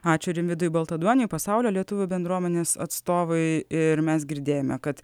ačiū rimvydui baltaduoniui pasaulio lietuvių bendruomenės atstovui ir mes girdėjome kad